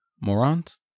morons